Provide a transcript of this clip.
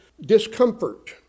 discomfort